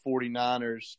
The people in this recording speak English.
49ers